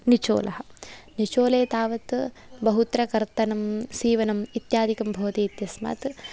निचोलः निचोले तावद् बहुत्र कर्तनम् सीवनम् इत्यादिकं भवति इत्यस्माद्